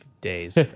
days